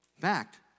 fact